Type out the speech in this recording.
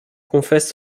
confesse